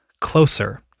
closer